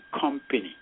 company